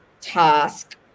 task